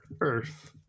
earth